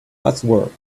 passwords